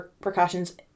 precautions